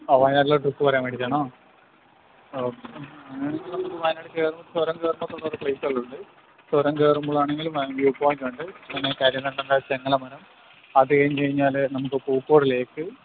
ആ വയനാട്ടിൽ ട്രിപ്പ് വരാൻ വേണ്ടിയിട്ടാണോ ഓക്കെ അങ്ങനെ ആണെങ്കിൽ നമുക്ക് വയനാട് കയറുമ്പം ചുരം കയറുമ്പം തന്നെ ഓരോ പ്ലെയ്സുകളുണ്ട് ചുരം കയറുമ്പോളാണെങ്കിൽ വ്യൂ പോയിന്റ് ഉണ്ട് പിന്നെ കരിന്തണ്ടൻ്റെ ചങ്ങല മരം അത് കഴിഞ്ഞുകഴിഞ്ഞാൽ നമുക്ക് പൂക്കോട് ലേക്ക്